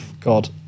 God